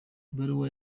ibaruwa